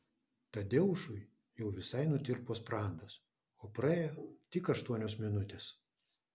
tadeušui jau visai nutirpo sprandas o praėjo tik aštuonios minutės